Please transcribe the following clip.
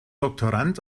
doktorand